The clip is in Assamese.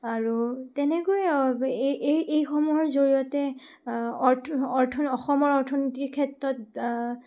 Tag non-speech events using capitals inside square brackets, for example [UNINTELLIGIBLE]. আৰু তেনেকৈ আৰু এই এইসমূহৰ জৰিয়তে [UNINTELLIGIBLE] অসমৰ অৰ্থনীতিৰ ক্ষেত্ৰত